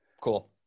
Cool